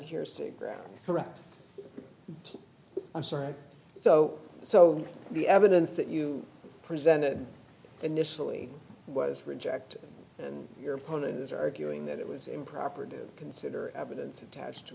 hearsay grounds wrecked i'm sorry so so the evidence that you presented initially was rejected and your opponent is arguing that it was improper do consider evidence attached to